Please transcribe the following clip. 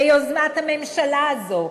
ביוזמת הממשלה הזו,